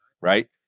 right